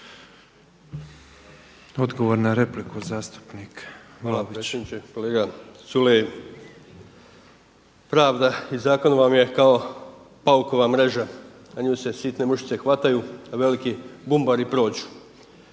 Davor (HSS)** Hvala predsjedniče. Kolega Culej, pravda i zakon vam je kao paukova mreža, na nju se sitne mušice hvataju, a veliki bumbari prođu.